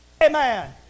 Amen